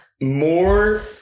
more